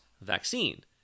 vaccine